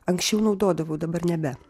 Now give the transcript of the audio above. anksčiau naudodavau dabar nebe